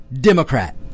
Democrat